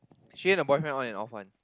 she and her boyfriend on and off one